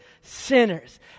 sinners